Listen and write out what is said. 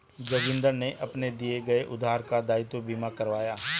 जोगिंदर ने अपने दिए गए उधार का दायित्व बीमा करवाया